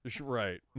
Right